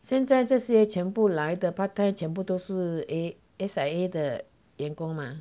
现在这些全部来得 part time 全部都是 S_I_A 的员工吗